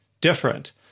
different